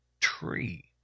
tree